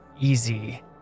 easy